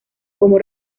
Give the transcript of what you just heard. como